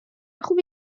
خوبی